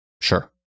sure